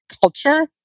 culture